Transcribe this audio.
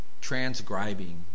transcribing